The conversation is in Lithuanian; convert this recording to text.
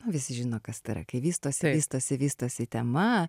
visi žino kas tai yra kai vystosi vystosi vystosi tema